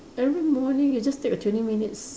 every morning you just take a twenty minutes